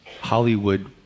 Hollywood